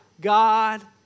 God